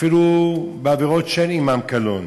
אפילו בעבירות שאין עמן קלון,